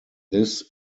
this